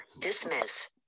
Dismiss